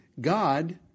God